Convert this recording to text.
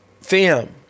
fam